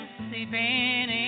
sleeping